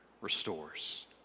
restores